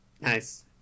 Nice